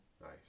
Nice